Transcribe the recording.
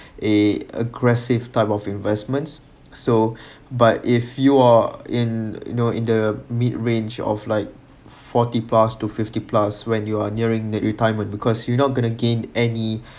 a aggressive type of investments so but if you are in you know in the mid range of like forty plus to fifty plus when you are nearing retirement because you not going to gain any